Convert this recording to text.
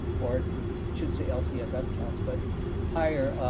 or shouldn't say lcff counts, but higher